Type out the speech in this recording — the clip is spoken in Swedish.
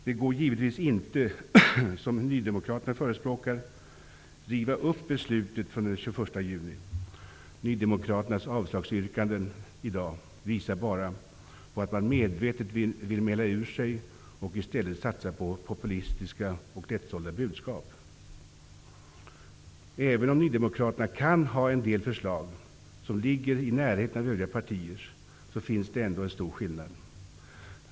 Det går givetvis inte att, som nydemokraterna förespråkar, riva upp beslutet från den 21 juni. Nydemokraternas avslagsyrkanden i dag visar bara på att man medvetet vill mäla sig ur och i stället satsa på populistiska och lättsålda budskap. Även om nydemokraterna kan ha en del förslag som ligger i närheten av övriga partiers finns det ändå en stor skillnad.